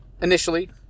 Initially